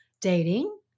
dating